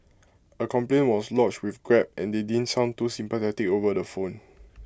A complaint was lodged with grab and they didn't sound too sympathetic over the phone